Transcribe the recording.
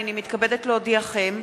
הנני מתכבדת להודיעכם,